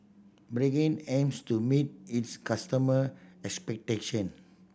Pregain aims to meet its customer expectation